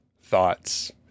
thoughts